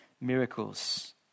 miracles